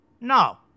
No